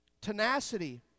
Tenacity